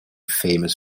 famous